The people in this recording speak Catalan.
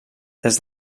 des